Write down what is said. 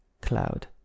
cloud